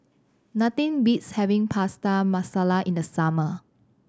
nothing beats having Prata Masala in the summer